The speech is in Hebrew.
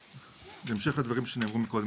בהמשך לדברים שנאמרו קודם.